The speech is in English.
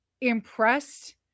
impressed